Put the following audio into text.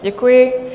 Děkuji.